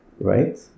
Right